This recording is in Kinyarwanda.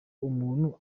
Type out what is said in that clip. umuntu